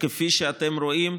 כפי שאתם רואים,